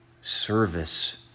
service